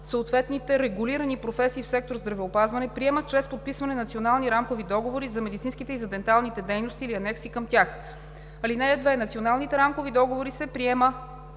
съответните регулирани професии в сектор „Здравеопазване“ приемат чрез подписване национални рамкови договори за медицинските и за денталните дейности или анекси към тях. (2) Националните рамкови договори се приемат